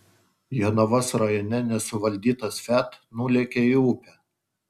jonavos rajone nesuvaldytas fiat nulėkė į upę